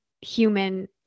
human